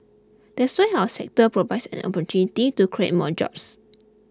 that's why our sector provides an opportunity to create more jobs